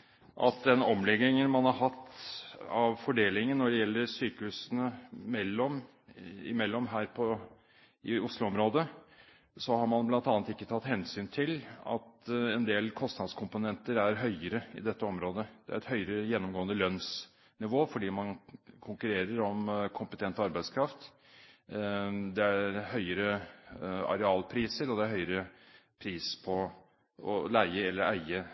at når det gjelder den omleggingen man har hatt av fordelingen sykehusene imellom her i Oslo-området, har man bl.a. ikke tatt hensyn til at en del kostnadskomponenter er høyere i dette området. Det er gjennomgående et høyere lønnsnivå fordi man konkurrerer om kompetent arbeidskraft, det er høyere arealpriser, og det er høyere pris for å leie eller eie